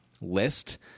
list